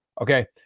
Okay